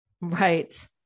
Right